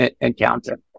encounter